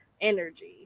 Energy